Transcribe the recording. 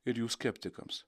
ir jų skeptikams